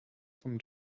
zum